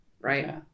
right